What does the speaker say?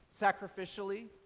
sacrificially